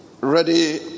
ready